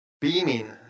beaming